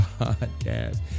podcast